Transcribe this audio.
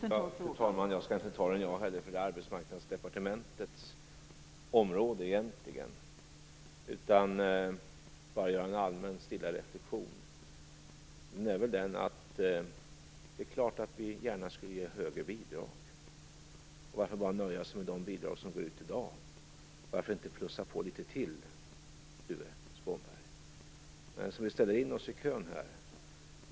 Fru talman! Varken jag eller skolministern skall egentligen svara på den här frågan, för detta är Arbetsmarknadsdepartementets område. Jag vill bara göra en allmän stilla reflexion. Det är klart att vi gärna skulle ge högre bidrag. Och varför nöja oss med bara de bidrag som går ut i dag? Varför inte plussa på litet till, Tuve Skånberg? Vi ställer in oss i kön här!